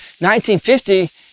1950